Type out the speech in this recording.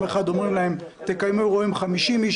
אחד אומרים להם: תקיימו אירוע עם 50 איש,